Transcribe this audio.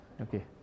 Okay